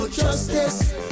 justice